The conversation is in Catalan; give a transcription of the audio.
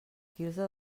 quirze